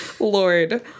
Lord